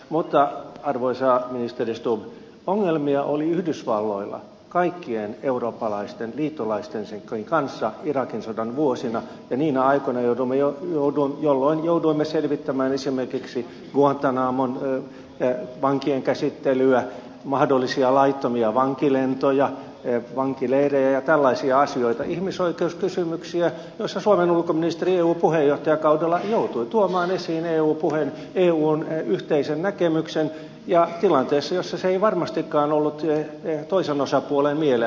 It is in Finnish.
mutta arvoisa ministeri stubb ongelmia oli yhdysvalloilla kaikkien eurooppalaisten liittolaistensakin kanssa irakin sodan vuosina ja niinä aikoina jolloin jouduimme selvit tämään esimerkiksi guantanamon vankien käsittelyä mahdollisia laittomia vankilentoja vankileirejä ja tällaisia asioita ihmisoikeuskysymyksiä joista suomen ulkoministeri eu puheenjohtajakaudella joutui tuomaan esiin eun yhteisen näkemyksen tilanteessa jossa se ei varmastikaan ollut toisen osapuolen mieleen